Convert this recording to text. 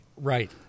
Right